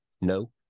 No